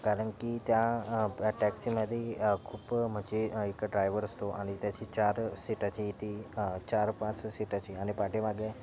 कारण की त्या टॅक्सीमध्ये खूप म्हणजे एक ड्रायव्हर असतो आणि त्याची चार सीटाची ती चार पाच सीटाची आणि पाठीमागे